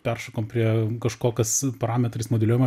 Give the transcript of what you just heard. peršokom prie kažko kas parametrais modeliuojama